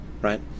right